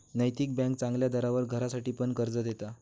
नैतिक बँक चांगल्या दरावर घरासाठी पण कर्ज देते